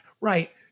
right